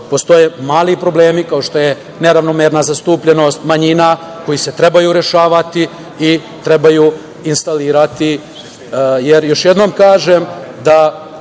postoje mali problemi kao što je neravnomerna zastupljenost manjina koji se trebaju rešavati i trebaju instalirati. Još